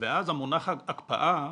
ואז המונח הקפאה,